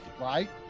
right